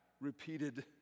repeated